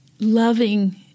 loving